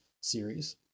series